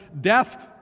death